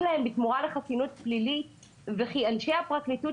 להם בתמורה לחסינות פלילית וכי אנשי הפרקליטות,